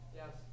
yes